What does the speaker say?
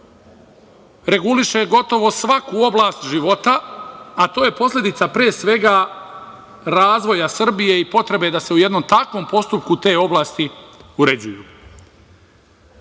reguliše gotovo svaku oblast života, a to je posledica pre svega razvoja Srbije i potrebe da se u jednom takvom postupku te oblasti uređuju.